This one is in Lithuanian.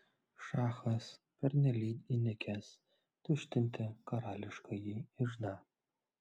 šachas pernelyg įnikęs tuštinti karališkąjį iždą